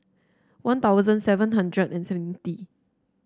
One Thousand seven hundred and seventy